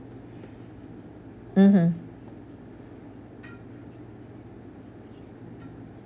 mmhmm